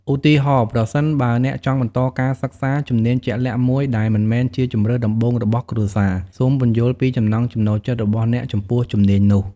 ឧទាហរណ៍ ប្រសិនបើអ្នកចង់បន្តការសិក្សាជំនាញជាក់លាក់មួយដែលមិនមែនជាជម្រើសដំបូងរបស់គ្រួសារ សូមពន្យល់ពីចំណង់ចំណូលចិត្តរបស់អ្នកចំពោះជំនាញនោះ។